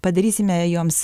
padarysime joms